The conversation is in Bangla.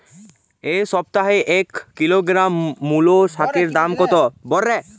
এ সপ্তাহে এক কিলোগ্রাম মুলো শাকের দাম কত?